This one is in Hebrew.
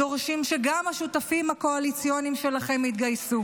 דורשים שגם השותפים הקואליציוניים שלכם יתגייסו.